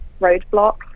roadblock